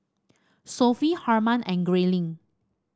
Sophie Harman and Grayling